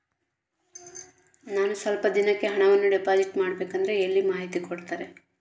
ನಾನು ಸ್ವಲ್ಪ ದಿನಕ್ಕೆ ಹಣವನ್ನು ಡಿಪಾಸಿಟ್ ಮಾಡಬೇಕಂದ್ರೆ ಎಲ್ಲಿ ಮಾಹಿತಿ ಕೊಡ್ತಾರೆ?